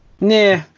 Nah